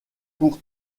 pour